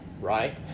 Right